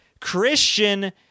Christian